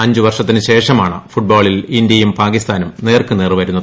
അഞ്ചു വർഷത്തിനു ശേഷമാണ് ഫുട്ബാളിൽ ഇന്ത്യിയും പാകിസ്ഥാനും നേർക്കുനേർ വരുന്നത്